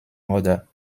mother